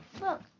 Look